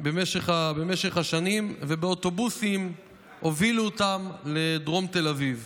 במשך השנים ובאוטובוסים הובילו אותם לדרום תל אביב.